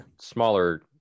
smaller